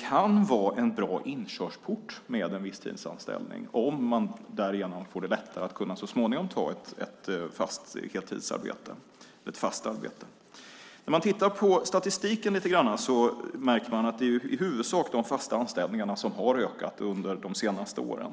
kan det vara en bra inkörsport med en visstidsanställning om man därigenom får det lättare att så småningom kunna ta ett fast heltidsarbete. När man tittar lite grann på statistiken märker man att det i huvudsak är de fasta anställningarna som har ökat i antal under de senaste åren.